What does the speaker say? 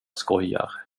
skojar